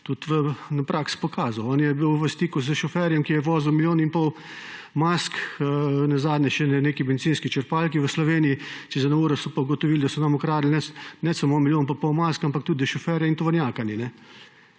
tudi v praksi pokazal. On je bil v stiku s šoferjem, ki je vozil milijon in pol mask, nazadnje še na neki bencinski črpalki v Sloveniji, čez eno uro so pa ugotovili, da so nam ukradli ne samo milijon in pol mask, ampak da tudi šoferja in tovornjaka ni.